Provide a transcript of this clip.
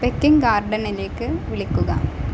pecking ഗാർഡനിലേക്ക് വിളിക്കുക